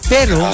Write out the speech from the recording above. Pero